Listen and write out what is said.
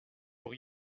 pour